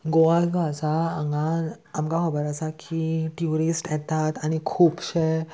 गोवा जो आसा हांगा आमकां खबर आसा की ट्युरिस्ट येतात आनी खुबशे